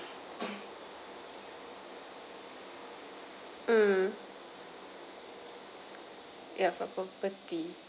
mm ya for property